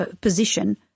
position